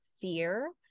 fear